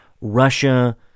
Russia